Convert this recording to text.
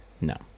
No